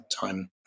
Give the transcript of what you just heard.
time